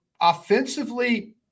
offensively